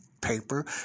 paper